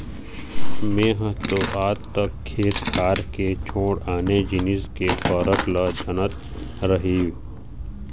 मेंहा तो आज तक खेत खार के छोड़ आने जिनिस के फरक ल जानत रहेंव